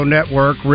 Network